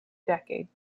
decades